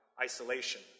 isolation